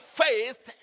faith